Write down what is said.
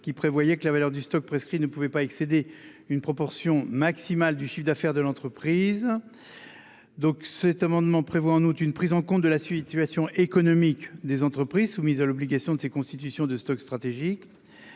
Qui prévoyait que la valeur du stock prescrit ne pouvait pas excéder une proportion maximale du chiffre d'affaires de l'entreprise. Donc cet amendement prévoit en août une prise en compte de la situation économique des entreprises soumises à l'obligation de ces constitution de stocks stratégiques.